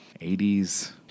80s